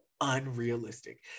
unrealistic